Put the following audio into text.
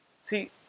See